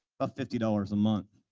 ah fifty dollars a month.